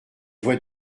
vois